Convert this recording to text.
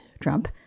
Trump